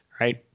right